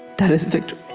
that is victory